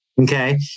Okay